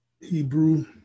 Hebrew